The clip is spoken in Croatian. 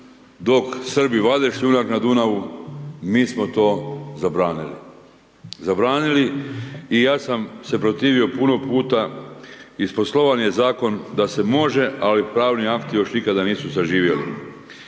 dok Srbi vade šljunak na Dunavu, mi smo to zabranili. Zabranili i ja sam se protivio puno puta, isposlovan je Zakon da se može, ali pravni akti još nikada nisu saživjeli.